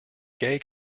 gay